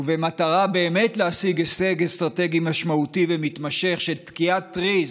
ובמטרה באמת להשיג הישג אסטרטגי משמעותי ומתמשך של תקיעת טריז